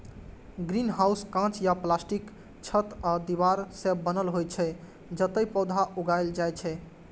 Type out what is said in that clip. greenhouse कांच या प्लास्टिकक छत आ दीवार सं बनल होइ छै, जतय पौधा उगायल जाइ छै